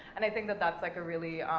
and i think that that's, like, a really,